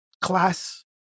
class